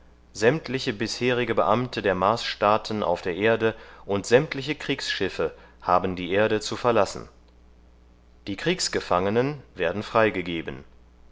sämtliche bisherige beamte der marsstaaten auf der erde und sämtliche kriegsschiffe haben die erde zu verlassen die kriegsgefangenen werden freigegeben